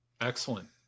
Excellent